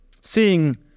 seeing